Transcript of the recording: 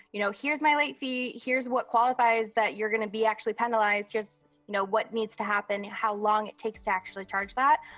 you know, here's my late fee. here's what qualifies that you're gonna be actually penalized. here's what needs to happen, how long it takes to actually charge that.